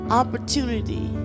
opportunity